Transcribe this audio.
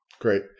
Great